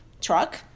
truck